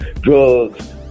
drugs